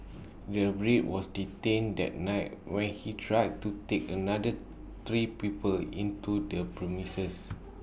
the Brit was detained that night when he tried to take another three people into the premises